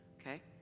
okay